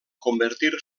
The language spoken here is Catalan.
convertir